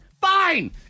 Fine